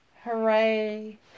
Hooray